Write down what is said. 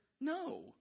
No